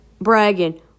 bragging